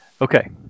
Okay